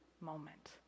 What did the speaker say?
moment